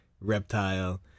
reptile